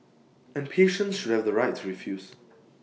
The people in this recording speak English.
and patients should have the right to refuse